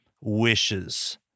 wishes